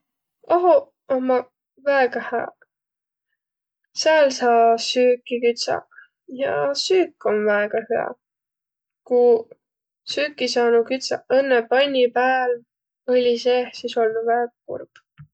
Ahoq ommaq väega hääq. Sääl saa süüki kütsäq ja süük om väega hüä. Kuq süüki saanu kütsäq õnnõ panni pääl õli seeh, sis olnuq väega kurb.